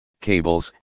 cables